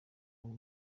ngo